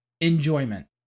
enjoyment